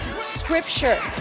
Scripture